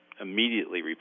immediately